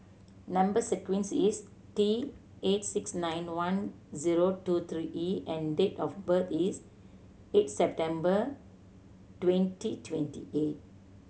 number sequence is T eight six nine one zero two three E and date of birth is eight September twenty twenty eight